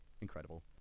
Incredible